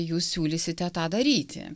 jūs siūlysite tą daryti